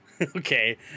okay